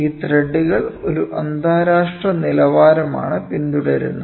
ഈ ത്രെഡുകൾ ഒരു അന്താരാഷ്ട്ര നിലവാരമാണ് പിന്തുടരുന്നത്